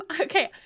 okay